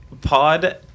pod